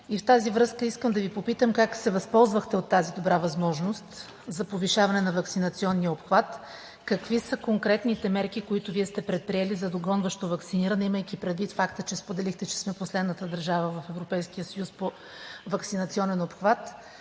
В тази връзка искам да Ви попитам как се възползвахте от тази добра възможност за повишаване на ваксинационния обхват? Какви са конкретните мерки, които Вие сте предприели за догонващо ваксиниране, имайки предвид факта, че споделихте, че сме последната държава в Европейския съюз по ваксинационен обхват?